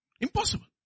Impossible